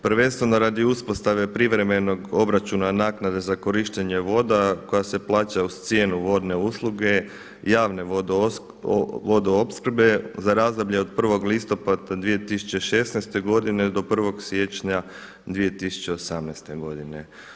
Prvenstveno radi uspostave privremenog obračuna naknada za korištenje voda koja se plaća uz cijenu vodne usluge, javne opskrbe za razdoblje od 1. listopada 2016. godine do 1. siječnja 2018. godine.